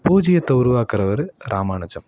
பூஜியத்தை உருவாக்குறவர் ராமானுஜம்